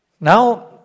Now